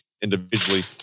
individually